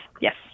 Yes